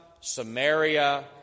Samaria